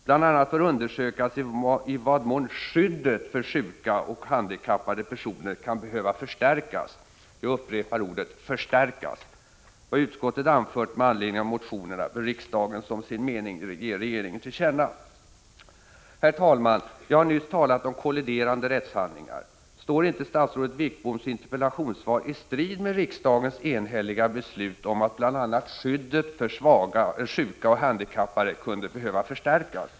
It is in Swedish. Bl.a. bör undersökas i vad mån skyddet för sjuka eller handikappade personer kan behöva förstärkas” — jag upprepar ordet förstärkas. ”Vad utskottet anfört med anledning av motionerna bör riksdagen som sin mening ge regeringen till känna.” Herr talman! Jag har nyss talat om kolliderande rättshandlingar. Står inte statsrådet Wickboms interpellationssvar i strid med riksdagens enhälliga beslut om att bl.a. skyddet för sjuka och handikappade kunde behöva förstärkas?